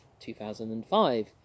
2005